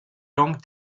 langues